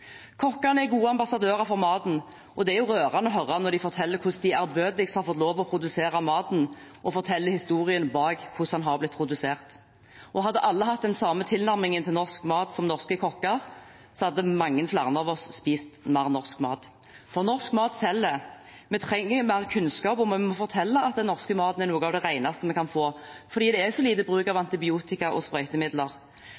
Kokkene er gode ambassadører for maten, og det er rørende å høre på når de forteller hvordan de ærbødigst har fått lov til å produsere maten og forteller historien bak hvordan den har blitt produsert. Hadde alle hatt den samme tilnærmingen til norsk mat som norske kokker, hadde mange flere av oss spist mer norsk mat. For norsk mat selger. Men vi trenger mer kunnskap, og vi må fortelle at den norske maten er noe av det reneste vi kan få fordi det er så lite bruk av